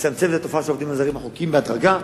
לצמצם את התופעה של העובדים הזרים החוקיים בהדרגה,